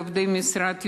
עובדי משרד,